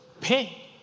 Pay